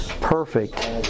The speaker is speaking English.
perfect